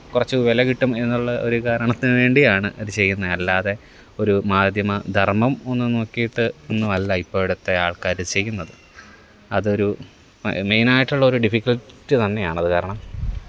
കുറച്ച് വില കിട്ടും എന്നുള്ള ഒരു കാരണത്തിന് വേണ്ടിയാണ് ഇത് ചെയ്യുന്നത് അല്ലാതെ ഒരു മാധ്യമ ധര്മ്മം ഒന്നും നോക്കിയിട്ട് ഒന്നുവല്ല ഇപ്പോഴത്തെ ആള്ക്കാര് ചെയ്യുന്നത് അതൊരു മ മെയിനായിട്ടുള്ള ഉള്ള ഡിഫിക്കള്ട്ടി തന്നെയാണത് കാരണം